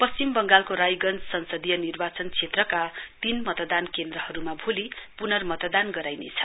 पश्चिम बंगालको रायगंज संसदीय निर्वाचन क्षेत्रका तीन मतदान केन्द्रहरूमा भोलि प्र्नमतदान गराइनेछ